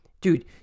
Dude